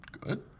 Good